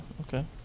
okay